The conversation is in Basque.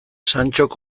santxok